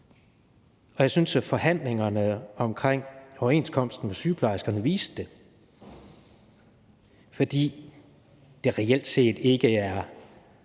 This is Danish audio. Og jeg synes, at forhandlingerne omkring overenskomsten med sygeplejerskerne viste det, fordi det reelt set ikke er